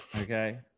okay